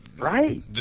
Right